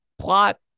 plot